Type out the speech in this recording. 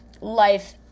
life